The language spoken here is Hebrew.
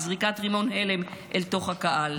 מזריקת רימון הלם אל תוך הקהל.